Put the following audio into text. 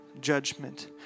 judgment